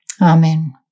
Amen